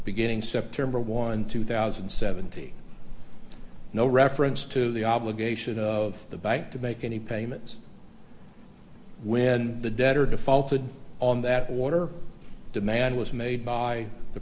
beginning september one two thousand and seventy no reference to the obligation of the bank to make any payments when the debtor defaulted on that water demand was made by the